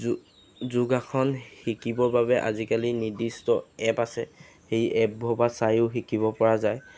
যো যোগাসন শিকিবৰ বাবে আজিকালি নিৰ্দিষ্ট এপ আছে সেই এপবোৰৰ পৰা চায়ো শিকিব পৰা যায়